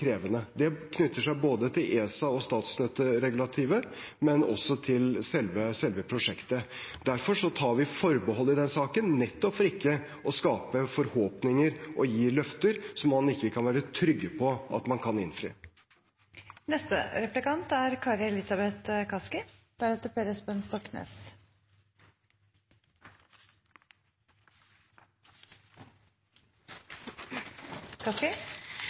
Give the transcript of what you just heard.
krevende. Det knytter seg til både ESA og statsstøtteregulativet og også til selve prosjektet. Derfor tar vi forbehold i den saken, nettopp for ikke å skape forhåpninger og gi løfter som man ikke kan være trygg på at man kan innfri. Statsråden sa i sitt innlegg at formålet med skatteendringene ikke er